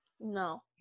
No